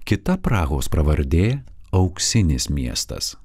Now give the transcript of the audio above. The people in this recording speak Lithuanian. kita prahos pravardė auksinis miestas